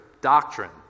doctrine